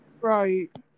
Right